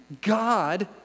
God